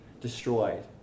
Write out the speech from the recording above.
destroyed